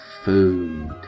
Food